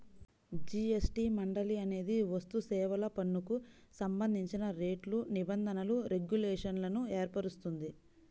GST మండలి అనేది వస్తుసేవల పన్నుకు సంబంధించిన రేట్లు, నిబంధనలు, రెగ్యులేషన్లను ఏర్పరుస్తుంది